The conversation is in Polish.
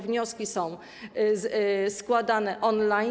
Wnioski są składane on-line.